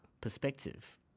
perspective